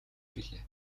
билээ